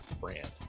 brand